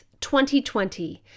2020